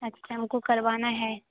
अच्छा हम को करवाना है